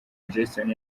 jason